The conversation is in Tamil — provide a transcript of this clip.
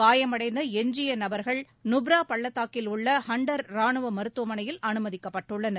காயமடைந்த எஞ்சிய நபர்கள் நுப்ரா பள்ளத்தாக்கில் உள்ள ஹன்டர் ராணுவ மருத்துவமனையில் அனுமதிக்கப்பட்டுள்ளனர்